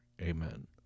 Amen